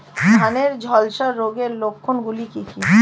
ধানের ঝলসা রোগের লক্ষণগুলি কি কি?